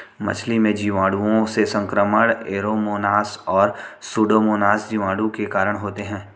मछली में जीवाणुओं से संक्रमण ऐरोमोनास और सुडोमोनास जीवाणु के कारण होते हैं